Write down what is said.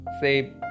say